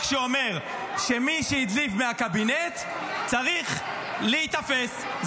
שאומר שמי שהדליף מהקבינט צריך להיתפס,